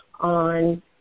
on